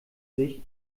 sich